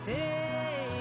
Hey